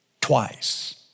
Twice